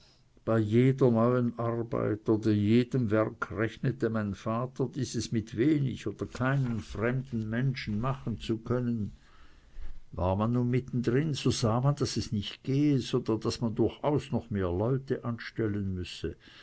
bei jeder neuen arbeit oder jedem werk rechnete mein vater dieses mit wenig oder keinen fremden menschen machen zu können war man nun mitten darin so sah man daß es nicht gehe sondern daß man durchaus noch mehr leute anstellen müsse